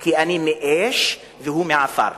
כי אני מאש והוא מעפר.